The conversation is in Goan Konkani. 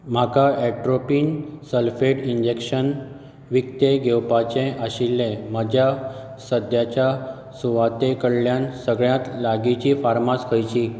म्हाका एट्रोपीन सल्फेट इंजॅक्शन विकतें घेवपाचें आशिल्लें म्हाज्या सद्याच्या सुवाते कडल्यान सगळ्यात लागींची फार्मास खंयची